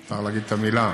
אפשר להגיד את המילה.